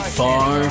far